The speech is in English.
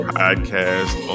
podcast